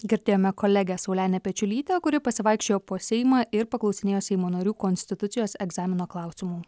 girdėjome kolegę saulenę pečiulytę kuri pasivaikščiojo po seimą ir paklausinėjo seimo narių konstitucijos egzamino klausimų